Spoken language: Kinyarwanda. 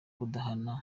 kudahana